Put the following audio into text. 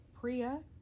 Priya